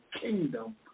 kingdom